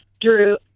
Drew